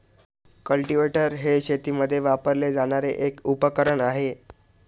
cultivator हे शेतीमध्ये वापरले जाणारे एक उपकरण आहे